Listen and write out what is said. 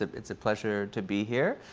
it's a pleasure to be here.